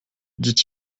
dit